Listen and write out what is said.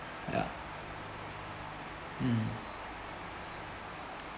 ya mm